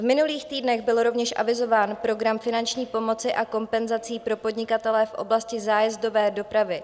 V minulých týdnech byl rovněž avizován program finanční pomoci a kompenzací pro podnikatele v oblasti zájezdové dopravy.